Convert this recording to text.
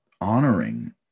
honoring